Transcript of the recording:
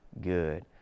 good